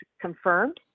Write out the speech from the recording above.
confirmed